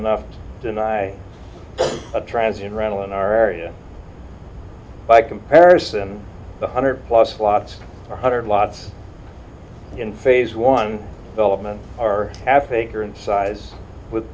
enough to deny a transient rental in our area by comparison the hundred plus lots of hundred lots in phase one element are half acre in size with